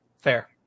Fair